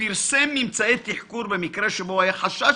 פרסם ממצאי תחקור במקרה שבו היה חשש